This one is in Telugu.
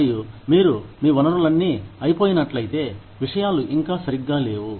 మరియు మీరు మీ వనరులన్నీ అయిపోయినట్లయితే విషయాలు ఇంకా సరిగ్గా లేవు